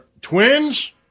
twins